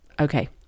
okay